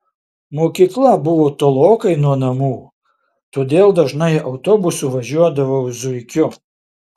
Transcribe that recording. mokykla buvo tolokai nuo namų todėl dažnai autobusu važiuodavau zuikiu